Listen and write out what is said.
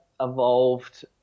evolved